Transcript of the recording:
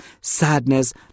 Sadness